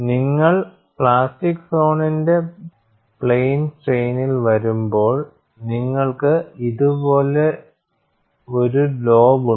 നിങ്ങൾ പ്ലാസ്റ്റിക് സോണിന്റെ പ്ലെയിൻ സ്ട്രെയിനിൽ വരുമ്പോൾ നിങ്ങൾക്ക് ഇതുപോലൊരു ലോബ് ഉണ്ട്